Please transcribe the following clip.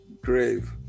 grave